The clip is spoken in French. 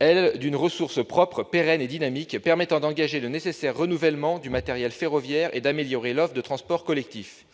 d'une ressource propre, pérenne et dynamique, permettant d'engager le nécessaire renouvellement du matériel ferroviaire et d'améliorer l'offre de transport collectif.